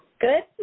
Good